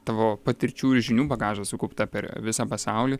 tavo patirčių ir žinių bagažą sukauptą per visą pasaulį